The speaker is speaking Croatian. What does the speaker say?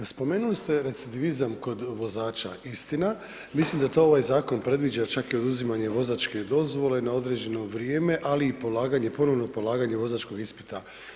Spomenuli ste recidivizam kod vozača, istina, mislim da to ovaj zakon predviđa čak i oduzimanje vozačke dozvole na određeno vrijeme, ali i polaganje, ponovno polaganje vozačkog ispita.